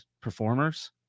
performers